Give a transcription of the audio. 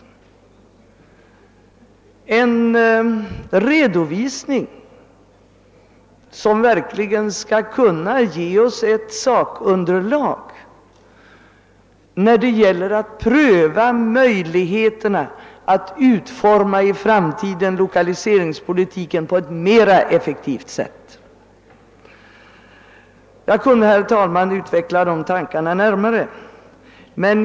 Vi hoppas på en redovisning som verkligen skall ge oss ett sakunderlag när det gäller att pröva möjligheterna att utforma lokaliseringspolitiken i framtiden på ett mera effektivt sätt. Jag kunde, herr talman, utveckla dessa tankar närmare.